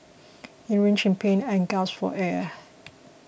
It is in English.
he writhed in pain and gasped for air